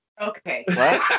Okay